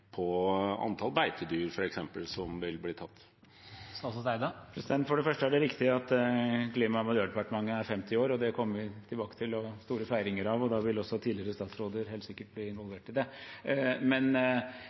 på antall beitedyr som vil bli tatt? For det første er det riktig at Klima- og miljødepartementet er 50 år, og det kommer vi tilbake til og skal ha store feiringer av. Da vil også tidligere statsråder helt sikkert bli